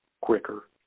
quicker